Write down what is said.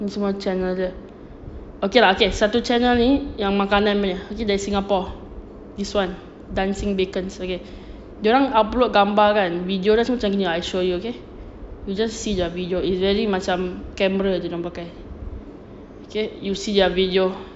ni semua channel dia okay lah satu channel ni makanan punya dari singapore this one dancing bacons okay dia orang upload gambar kan video dia orang semua macam gini I show you okay you just see their video is very macam camera jer dia orang pakai okay you see their video